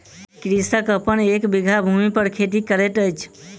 कृषक अपन एक बीघा भूमि पर खेती करैत अछि